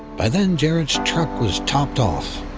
by then jared's truck was topped off,